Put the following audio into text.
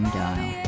dial